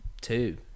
Two